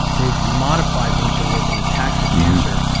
they've modified them so that they can attack the cancer.